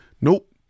Nope